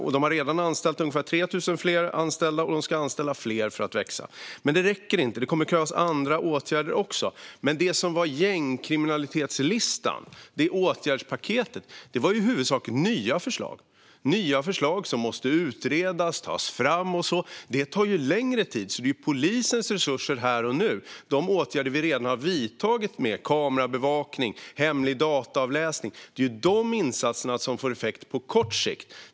Man har redan anställt ungefär 3 000 och ska anställa fler för att växa. Men det räcker inte; det kommer att krävas andra åtgärder också. Det åtgärdspaket som gängkriminalitetslistan utgjorde bestod dock i huvudsak av nya förslag, som måste tas fram och utredas. Detta tar längre tid. Det här handlar om polisens resurser här och nu. De åtgärder vi redan har vidtagit, som kameraövervakning och hemlig dataavläsning, är de insatser som får effekt på kort sikt.